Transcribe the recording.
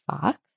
Fox